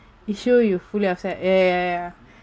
you sure you fully offset ya ya ya ya